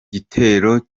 gitero